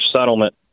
settlement